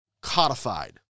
codified